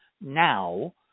now